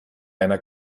einer